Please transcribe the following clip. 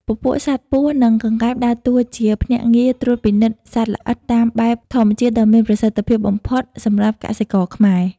ពពួកសត្វពស់ និងកង្កែបដើរតួជាភ្នាក់ងារត្រួតពិនិត្យសត្វល្អិតតាមបែបធម្មជាតិដ៏មានប្រសិទ្ធភាពបំផុតសម្រាប់កសិករខ្មែរ។